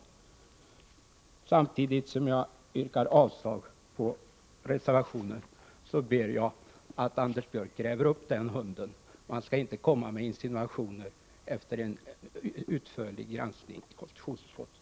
83 Samtidigt som jag yrkar avslag på reservationen ber jag att Anders Björck gräver upp denna hund. Man skall inte komma med insinuationer efter det att konstitutionsutskottet har gjort en utförlig granskning.